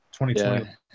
2020